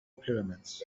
pyramids